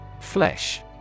Flesh